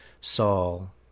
Saul